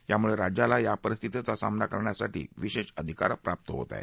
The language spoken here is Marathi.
यामुळे राज्याला या परिस्थितीचा सामना करण्यासाठी विशेष अधिकार प्राप्त होणार आहेत